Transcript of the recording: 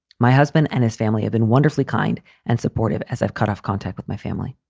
my husband and his family have been wonderfully kind and supportive as i've cut off contact with my family.